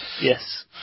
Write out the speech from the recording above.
Yes